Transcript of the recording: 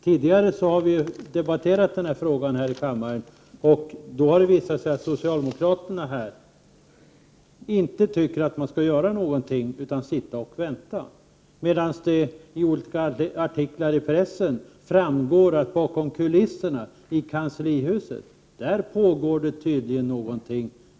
När vi tidigare debatterade frågan här i kammaren tyckte socialdemokraterna tydligen att det inte behövdes några åtgärder. Det var bara att avvakta. Men av olika artiklar i pressen framgår att det bakom kulisserna i kanslihuset tycks pågå en verksamhet — men vilken?